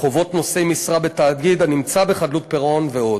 חובות נושאי משרה בתאגיד הנמצא בחדלות פירעון ועוד.